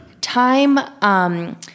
time